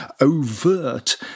overt